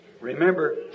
Remember